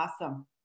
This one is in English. Awesome